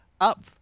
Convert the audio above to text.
Up